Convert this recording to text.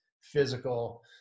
physical